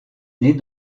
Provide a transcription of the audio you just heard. née